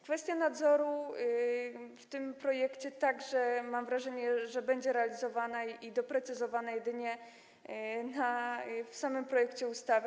Kwestia nadzoru w tym projekcie - także mam wrażenie, że będzie on realizowany i doprecyzowany jedynie w samym projekcie ustawy.